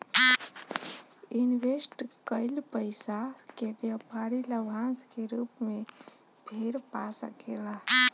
invest कईल पइसा के व्यापारी लाभांश के रूप में फेर पा सकेले